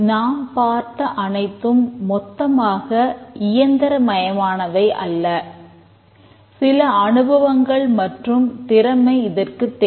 நாம் பார்த்த அனைத்தும் மொத்தமாக இயந்திரமயமானவை அல்ல சில அனுபவங்கள் மற்றும் திறமை இதற்குத் தேவை